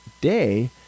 day